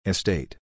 Estate